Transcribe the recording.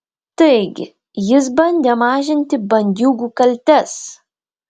taigi jis bandė mažinti bandiūgų kaltes